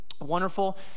wonderful